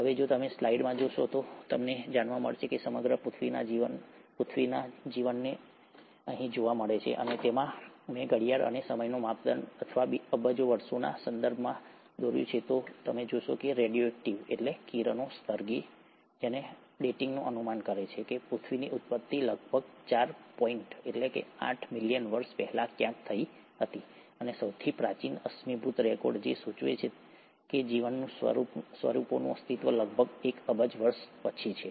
હવે જો તમે સ્લાઇડમાં જોશો જો તમે સમગ્ર પૃથ્વીના જીવનને જોશો અને અહીં મેં ઘડિયાળ અને સમયનો માપદંડ અથવા અબજો વર્ષોના સંદર્ભમાં દોર્યું છે તો તમે જોશો કે રેડિયો એક્ટિવકિરણોત્સર્ગી ડેટિંગ અનુમાન કરે છે કે પૃથ્વીની ઉત્પત્તિ લગભગ ચાર પોઈન્ટ આઠ બિલિયન વર્ષ પહેલાં ક્યાંક થઈ હતી અને સૌથી પ્રાચીન અશ્મિભૂત રેકોર્ડ જે સૂચવે છે કે જીવન સ્વરૂપોનું અસ્તિત્વ લગભગ એક અબજ વર્ષ પછી છે